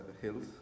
hills